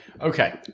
Okay